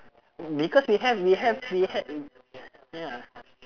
because we have we have we had ya